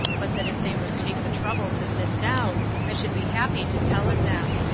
but that if they would take the trouble to sit down, i should be happy to tell it them.